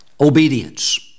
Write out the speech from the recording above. Obedience